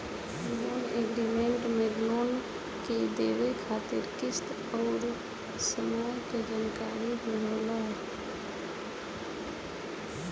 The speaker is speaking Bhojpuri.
लोन एग्रीमेंट में लोन के देवे खातिर किस्त अउर समय के जानकारी भी होला